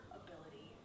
ability